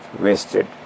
wasted